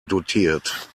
dotiert